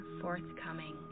forthcoming